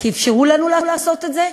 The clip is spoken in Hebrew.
כי אפשרו לנו לעשות את זה,